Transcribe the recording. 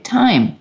time